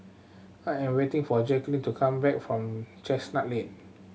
I am waiting for Jacklyn to come back from Chestnut Lane